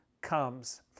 comes